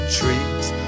trees